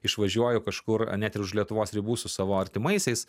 išvažiuoju kažkur net ir už lietuvos ribų su savo artimaisiais